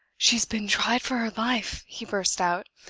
she's been tried for her life! he burst out,